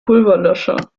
pulverlöscher